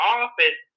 office